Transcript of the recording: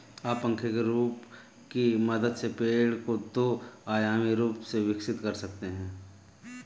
आप पंखे के रूप की मदद से पेड़ को दो आयामी रूप से विकसित कर सकते हैं